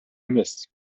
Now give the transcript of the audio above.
эмес